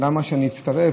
למה שאני אצטרף?